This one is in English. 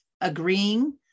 agreeing